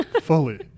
fully